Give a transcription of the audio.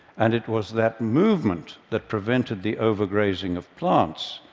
and it was that movement that prevented the overgrazing of plants,